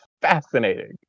fascinating